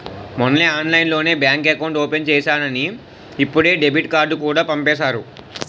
మొన్నే ఆన్లైన్లోనే bank account open చేసేసానని ఇప్పుడే డెబిట్ కార్డుకూడా పంపేసారు